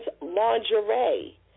lingerie